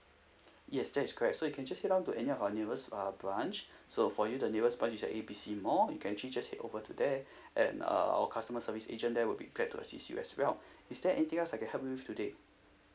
yes that is correct so you can just head down to any of our nearest uh branch so for you the nearest branch is at A B C mall you can actually just head over to there and uh our customer service agent there will be glad to assist you as well is there anything else I can help you with today